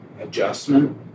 adjustment